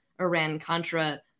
Iran-Contra